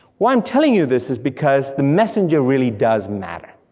why i'm telling you this is because the messenger really does matter,